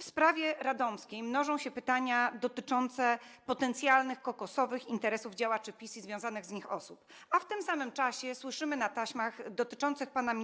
W sprawie radomskiej mnożą się pytania dotyczące potencjalnych kokosowych interesów działaczy PiS i związanych z nimi osób, a w tym samym czasie słyszymy na taśmach dotyczących pana